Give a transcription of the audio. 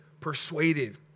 persuaded